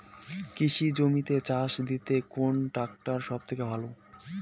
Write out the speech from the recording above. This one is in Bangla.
কৃষি জমিতে চাষ দিতে কোন ট্রাক্টর সবথেকে ভালো?